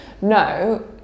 no